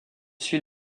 suit